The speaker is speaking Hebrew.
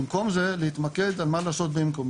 במקום זה להתמקד על מה לעשות במקום,